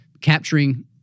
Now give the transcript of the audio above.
capturing